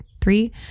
three